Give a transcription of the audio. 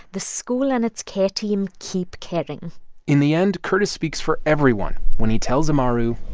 the school and its care team keep caring in the end, curtis speaks for everyone when he tells amaru.